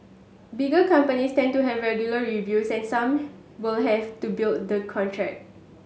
bigger companies tend to have regular reviews and some will have to built the contract